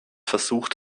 versucht